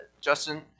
Justin